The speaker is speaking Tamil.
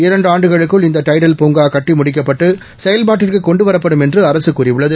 இரண்டு ஆண்டுகளுக்குள் இந்த டைட்டல் பூங்கா கட்டி முடிக்கப்பட்டு செயல்பாட்டுக்கு கொண்டு வரப்படும் என்று அரசு கூறியுள்ளது